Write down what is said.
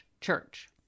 church